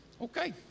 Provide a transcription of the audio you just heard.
Okay